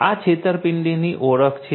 આ છેતરપિંડીની ઓળખ છે